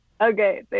Okay